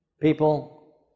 people